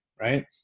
right